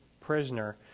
prisoner